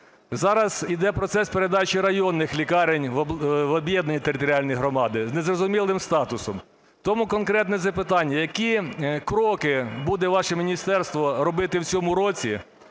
Зараз іде процес передачі районних лікарень в об'єднані територіальні громади з незрозумілим статусом. Тому конкретне запитання. Які кроки буде ваше міністерство робити в цьому році,